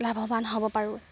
লাভৱান হ'ব পাৰোঁ